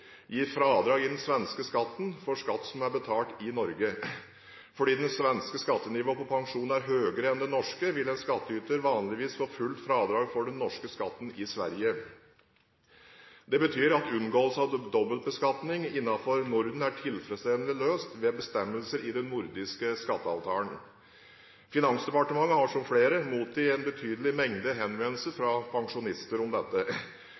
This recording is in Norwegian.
fradrag i den svenske skatten for den skatten som er betalt i Norge. Fordi det svenske skattenivået på pensjon er høyere enn det norske, vil en skattyter vanligvis få fullt fradrag for den norske skatten i Sverige. Det betyr at unngåelse av dobbeltbeskatning innenfor Norden er tilfredsstillende løst ved bestemmelser i den nordiske skatteavtalen. Finansdepartementet har som flere andre mottatt en betydelig mengde henvendelser fra pensjonister om dette.